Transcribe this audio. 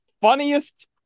funniest